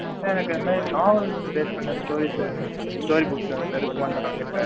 ஆ sir எனக்கு இதுமாதிரி novels base பண்ண ஸ்ட்ரோரிஸ் வேணும் ஸ்டோரி புக் சார் இருக்குமா சார் உங்ககிட்ட